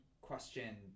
question